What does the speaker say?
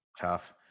tough